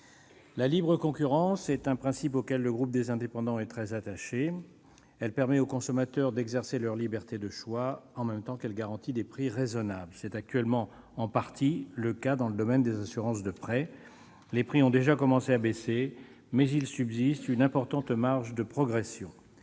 La libre concurrence est un principe auquel le groupe Les Indépendants est très attaché. Elle permet aux consommateurs d'exercer leur liberté de choix en même temps qu'elle garantit des prix raisonnables. C'est en partie le cas dans le domaine des assurances de prêts. Les prix ont déjà commencé à baisser, mais il subsiste une importante marge de progression.